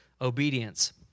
obedience